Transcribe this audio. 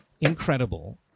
incredible